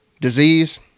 disease